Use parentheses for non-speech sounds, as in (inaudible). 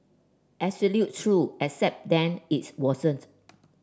(unintelligible) truth except then it wasn't